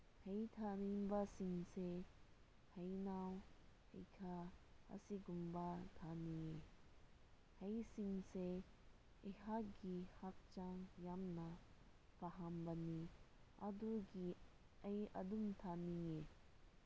ꯍꯩ ꯊꯥꯅꯤꯡꯕꯁꯤꯡꯁꯦ ꯍꯩꯅꯧ ꯍꯩꯈꯥ ꯑꯁꯤꯒꯨꯝꯕ ꯊꯥꯅꯤꯡꯏ ꯍꯩꯁꯤꯡꯁꯦ ꯑꯩꯍꯥꯛꯒꯤ ꯍꯛꯆꯥꯡ ꯌꯥꯝꯅ ꯄꯥꯍꯝꯕꯅꯤ ꯑꯗꯨꯒꯤ ꯑꯩ ꯑꯗꯨꯝ ꯊꯥꯅꯤꯡꯏ